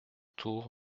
tour